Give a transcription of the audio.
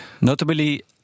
Notably